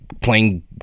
playing